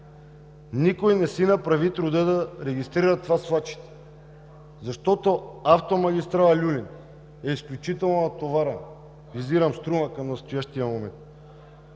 Никой не си направи труда да регистрира това свлачище. Защото автомагистрала „Люлин“ е изключително натоварена, визирам „Струма“ към настоящия момент.